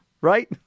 right